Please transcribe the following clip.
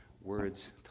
Words